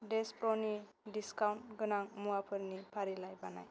देश प्र'नि डिसकाउन्ट गोनां मुवाफोरनि फारिलाइ बानाय